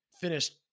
finished